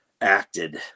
acted